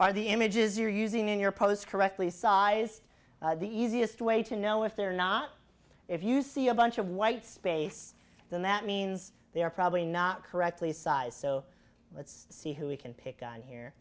are the images you're using in your post correctly sized the easiest way to know if they're not if you see a bunch of white space then that means they are probably not correctly sized so let's see who we can pick on here